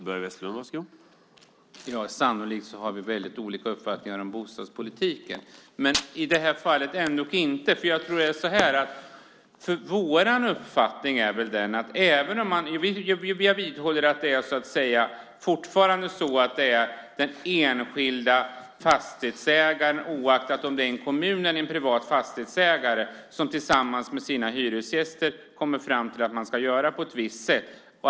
Herr talman! Sannolikt har finansministern och jag väldigt olika uppfattningar om bostadspolitiken, men kanske ändå inte i det här fallet. Jag vidhåller att det fortfarande är den enskilda fastighetsägaren, oavsett om det är en kommun eller en privat fastighetsägare, som tillsammans med sina hyresgäster kommer fram till att man ska göra på ett visst sätt.